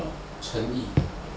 chen yi